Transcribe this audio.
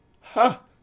ha